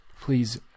please